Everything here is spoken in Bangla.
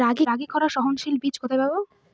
রাগির খরা সহনশীল বীজ কোথায় পাবো?